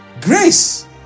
grace